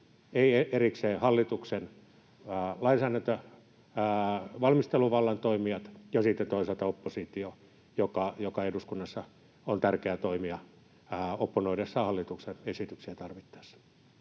ole erikseen hallituksen lainsäädäntövalmisteluvallan toimijat ja sitten toisaalta oppositio, joka eduskunnassa on tärkeä toimija opponoidessaan hallituksen esityksiä tarvittaessa.